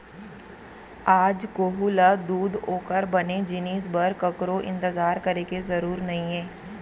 आज कोहूँ ल दूद ओकर बने जिनिस बर ककरो इंतजार करे के जरूर नइये